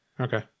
Okay